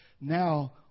Now